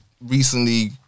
recently